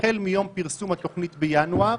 החל מיום פרסום התוכנית בינואר,